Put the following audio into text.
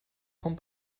vom